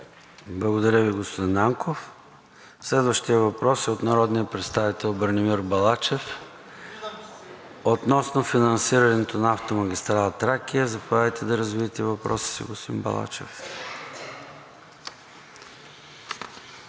Благодаря Ви, господин Нанков. Следващият въпрос е от народния представител Бранимир Балачев относно финансирането на автомагистрала „Черно море“. Заповядайте да развиете въпроса си, господин Балачев.